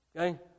okay